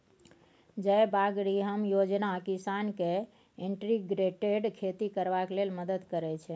जयबागरिहम योजना किसान केँ इंटीग्रेटेड खेती करबाक लेल मदद करय छै